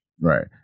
right